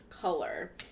color